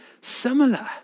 similar